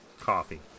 Coffee